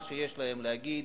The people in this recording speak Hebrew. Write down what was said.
מה שיש להם להגיד,